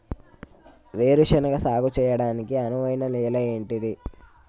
వేరు శనగ సాగు చేయడానికి అనువైన నేల ఏంటిది?